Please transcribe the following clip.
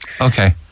Okay